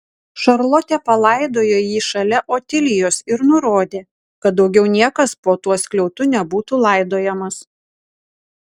šarlotė palaidojo jį šalia otilijos ir nurodė kad daugiau niekas po tuo skliautu nebūtų laidojamas